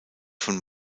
von